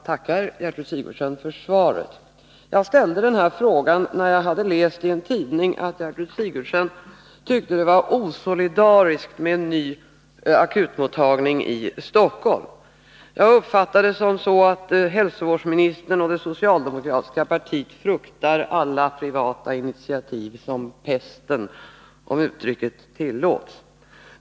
Herr talman! Jag tackar Gertrud Sigurdsen för svaret. Jag ställde den här frågan när jag hade läst i en tidning att Gertrud Sigurdsen tyckte att det var osolidariskt med en ny akutmottagning i Stockholm. Jag uppfattade det som så att hälsovårdsministern och det socialdemokratiska partiet fruktar alla privata initiativ som pesten, om uttrycket tillåts.